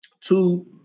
two